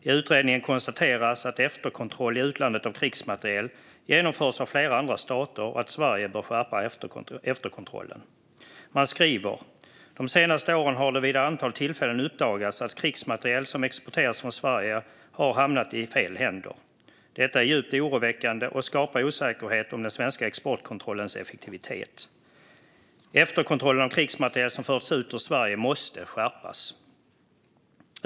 I utredningen konstateras att efterkontroll i utlandet av krigsmateriel genomförs av flera andra stater och att Sverige bör skärpa efterkontrollen. Man skriver följande: De senaste åren har det vid ett antal tillfällen uppdagats att krigsmateriel som exporterats från Sverige har hamnat i fel händer. Detta är djupt oroväckande och skapar osäkerhet om den svenska exportkontrollens effektivitet. Efterkontrollen av krigsmateriel som förs ut ur Sverige måste skärpas.